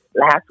last